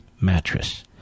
mattress